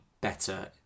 better